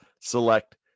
Select